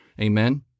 amen